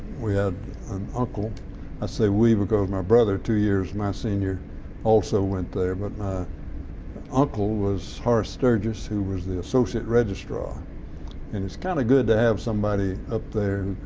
we had an uncle i say we because my brother two years my senior also went there, but my uncle was horace sturgis who was the associate registrar and it's kind of good to have somebody up there